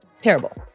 Terrible